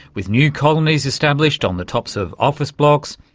with new colonies established on the tops of office blocks,